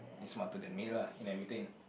smarter than me lah in everything